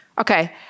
Okay